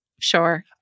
sure